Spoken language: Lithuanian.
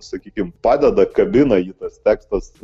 sakykim padeda kabina jį tas tekstas